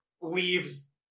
leaves